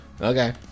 Okay